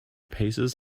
paces